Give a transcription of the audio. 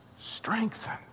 Strengthened